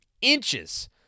inches